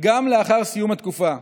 גם לאחר סיום התקופה.